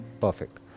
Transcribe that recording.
Perfect